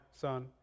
Son